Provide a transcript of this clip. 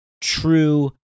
true